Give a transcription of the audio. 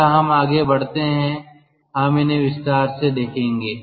जैसे हम आगे बढ़ते हैं हम इन्हें विस्तार से देखेंगे